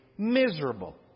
miserable